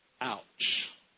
Ouch